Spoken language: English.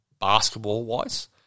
basketball-wise